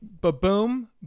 Ba-boom